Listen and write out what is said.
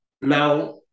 Now